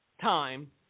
time